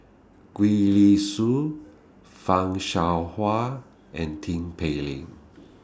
Gwee Li Sui fan Shao Hua and Tin Pei Ling